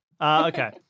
Okay